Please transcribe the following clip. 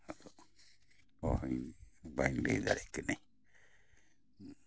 ᱟᱫᱚ ᱚᱦᱚᱧ ᱵᱟᱹᱧ ᱞᱟᱹᱭ ᱫᱟᱲᱮᱭᱟᱜ ᱠᱟᱹᱱᱟᱹᱧ